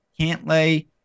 Cantlay